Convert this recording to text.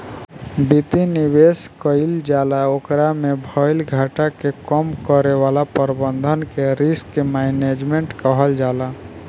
वित्तीय निवेश कईल जाला ओकरा में भईल घाटा के कम करे वाला प्रबंधन के रिस्क मैनजमेंट कहल जाला